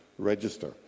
Register